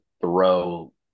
throw